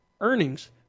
earnings